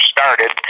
started